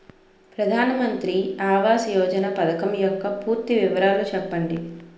ప్రధాన మంత్రి ఆవాస్ యోజన పథకం యెక్క పూర్తి వివరాలు చెప్పండి?